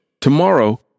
tomorrow